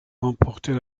remporter